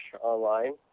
online